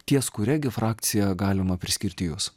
ties kuria gi frakcija galima priskirti jus